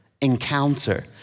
encounter